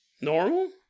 normal